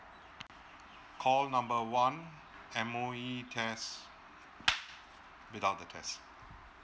call number one M_O_E test without the test